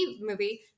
movie